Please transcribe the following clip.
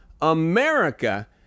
America